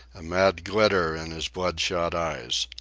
a mad glitter in his blood-shot eyes.